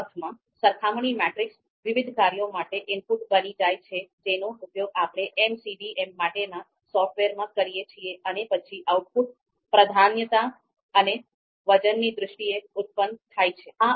આ અર્થમાં સરખામણી મેટ્રિસીસ વિવિધ કાર્યો માટે ઇનપુટ બની જાય છે જેનો ઉપયોગ આપણે MCDM માટેના સોફ્ટવેરમાં કરીએ છીએ અને પછી આઉટપુટ પ્રાધાન્યતા અને વજનની દ્રષ્ટિએ ઉત્પન્ન થાય છે